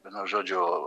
vienu žodžiu